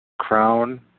Crown